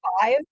five